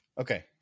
Okay